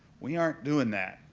we aren't doing that,